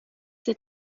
ces